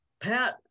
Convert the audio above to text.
Pat